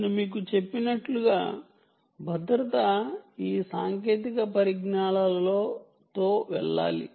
నేను మీకు చెప్పినట్లుగా భద్రత ఈ సాంకేతిక పరిజ్ఞానాలతో వెళ్ళాలి